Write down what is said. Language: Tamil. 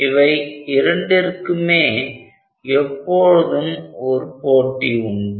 இவை இரண்டிற்குமே எப்போதும் ஒரு போட்டி உண்டு